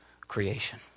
creation